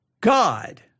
God